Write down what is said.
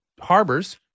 harbors